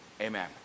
amen